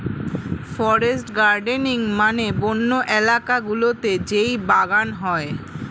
forest gardening মানে বন্য এলাকা গুলোতে যেই বাগান হয়